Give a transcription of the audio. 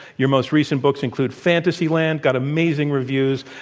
your most recent books include fantasy land, got amazing reviews.